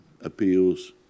appeals